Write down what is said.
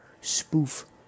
spoof